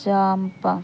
jump